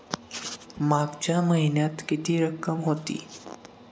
मागच्या महिन्यात किती रक्कम होती?